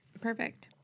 Perfect